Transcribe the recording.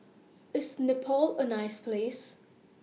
IS Nepal A nice Place